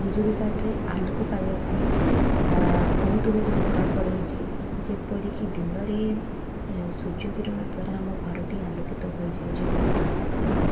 ବିଜୁଳି କାଟରେ ଆଲୋକ ପାଇଆ ପାଇଁ ବହୁତ ଗୁଡ଼େ ବିକଳ୍ପ ରହିଛି ଯେପରିକି ଦିନରେ ସୂର୍ଯ୍ୟ କିରଣ ଦ୍ଵାରା ଆମ ଘରଟି ଆଲୋକିତ ହୋଇଯାଏ ଯଦି ବିଦ୍ୟୁତ କାଟ ହୁଏ ତ